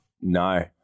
No